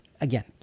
again